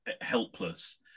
helpless